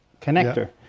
connector